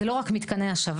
זה לא רק מתקני השבה,